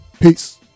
Peace